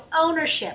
ownership